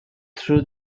through